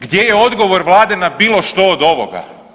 Gdje je odgovor Vlade na bilo što od ovoga?